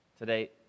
Today